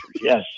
Yes